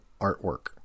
Artwork